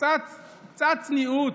קצת צניעות.